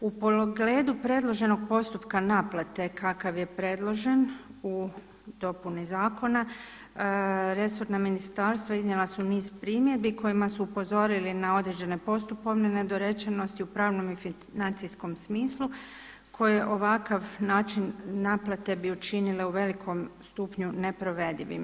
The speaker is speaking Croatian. U pogledu predloženo postupka naplate kakav je predložen u dopuni zakona resorna ministarstva iznijela su niz primjedbi kojima su upozorili na određene postupovne nedorečenosti u pravnom i financijskom smislu koje ovakav način naplate bi učinile u velikom stupnju neprovedivim.